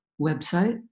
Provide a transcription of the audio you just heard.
website